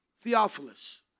Theophilus